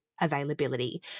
availability